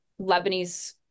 Lebanese